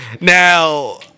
Now